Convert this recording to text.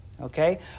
okay